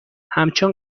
همچون